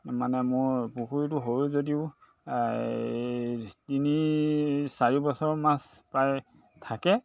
মানে মোৰ পুখুৰীটো সৰু যদিও তিনি চাৰি বছৰ মাছ প্ৰায় থাকে